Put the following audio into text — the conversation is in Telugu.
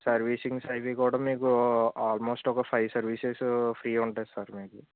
సర్వీసింగ్స్ అవి కూడా మీకు ఆల్మోస్ట్ ఒక ఫైవ్ సర్వీసెసు ఫ్రీగా ఉంటాయి సార్ మీకు